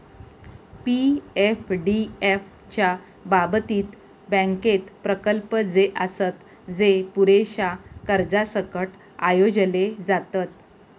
पी.एफडीएफ च्या बाबतीत, बँकेत प्रकल्प जे आसत, जे पुरेशा कर्जासकट आयोजले जातत